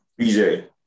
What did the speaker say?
BJ